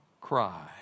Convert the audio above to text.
cry